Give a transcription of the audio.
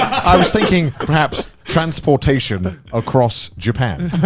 i was thinking perhaps transportation across japan